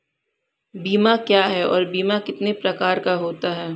बीमा क्या है और बीमा कितने प्रकार का होता है?